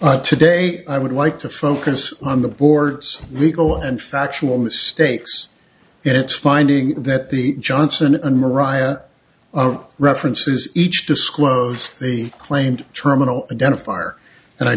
court today i would like to focus on the board's legal and factual mistakes in its finding that the johnson and mariah references each disclosed the claimed terminal identifier and i